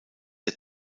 der